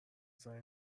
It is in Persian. زنگ